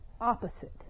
opposite